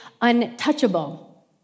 untouchable